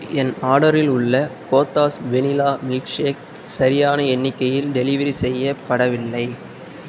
என் ஆர்டரில் உள்ள Kothas vanilla milkshake சரியான எண்ணிக்கையில் டெலிவரி செய்யப்படவில்லை